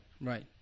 right